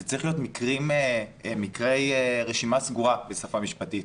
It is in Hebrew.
אלה צריכים להיות מקרי רשימה סגורה כפי שנאמר בשפה משפטית.